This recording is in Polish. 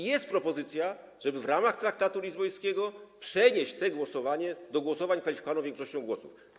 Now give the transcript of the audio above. Pojawiła się propozycja, żeby w ramach traktatu lizbońskiego przenieść to głosowanie do głosowań kwalifikowaną większością głosów.